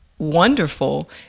Wonderful